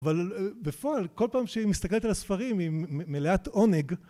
אבל בפועל כל פעם שהיא מסתכלת על הספרים היא מלאת עונג